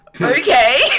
Okay